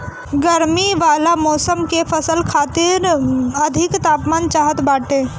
गरमी वाला मौसम के फसल खातिर अधिक तापमान चाहत बाटे